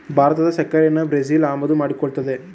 ಭಾರತದ ಸಕ್ಕರೆನಾ ಬ್ರೆಜಿಲ್ ಆಮದು ಮಾಡಿಕೊಳ್ಳುತ್ತದೆ